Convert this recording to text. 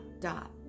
dot